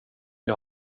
jag